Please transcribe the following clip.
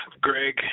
Greg